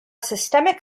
systemic